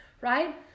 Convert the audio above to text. right